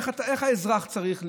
איך האזרח צריך למדוד?